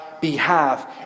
behalf